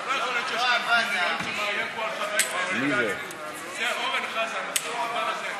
שולי מועלם ולשר המדע והטכנולוגיה ידידי אופיר אקוניס: